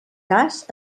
cas